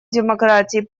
демократии